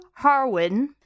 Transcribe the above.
harwin